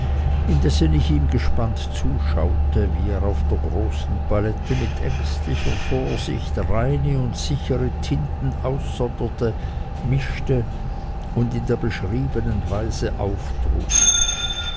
indessen ich ihm gespannt zuschaute wie er auf der großen palette mit ängstlicher vorsicht reine und sichere tinten aussonderte mischte und in der beschriebenen weise